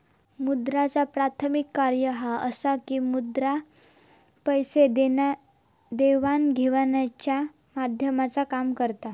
मुद्राचा प्राथमिक कार्य ह्या असा की मुद्रा पैसे देवाण घेवाणीच्या माध्यमाचा काम करता